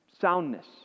soundness